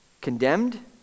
Condemned